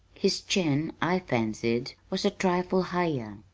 his chin, i fancied, was a trifle higher.